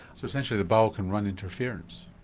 so essentially the bowel can run interference?